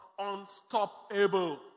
unstoppable